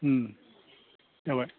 जाबाय